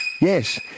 Yes